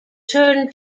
turn